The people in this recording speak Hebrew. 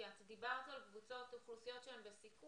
את דיברת על קבוצות אוכלוסייה שהן בסיכון,